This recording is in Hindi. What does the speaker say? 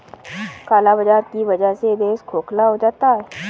काला बाजार की वजह से देश खोखला होता जा रहा है